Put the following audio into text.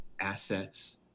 assets